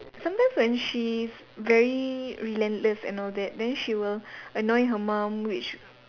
sometimes when she is very relentless and all that then she will annoy her mom which